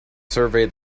survey